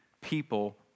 people